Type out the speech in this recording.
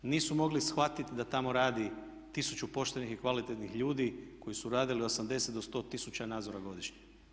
Nisu mogli shvatiti da tamo radi tisuću poštenih i kvalitetnih ljudi koji su radili 80 do 100 tisuća nadzora godišnje.